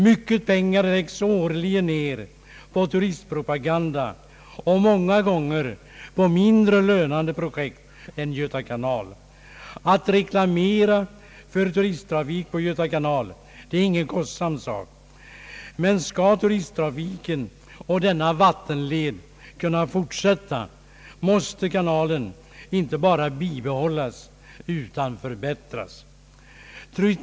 Mycket pengar läggs årligen ned på turistpropaganda och många gånger på mindre lönande projekt än Göta kanal. Att reklamera för turisttrafik på Göta kanal är ingen kostsam sak. Men skall turisttrafiken på denna vattenled kunna fortsätta måste kanalen inte bara bibehållas utan även förbättras.